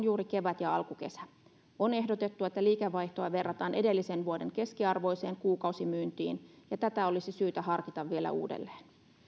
juuri kevät ja alkukesä on ehdotettu että liikevaihtoa verrataan edellisen vuoden keskiarvoiseen kuukausimyyntiin ja tätä olisi syytä harkita vielä uudelleen